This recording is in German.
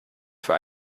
für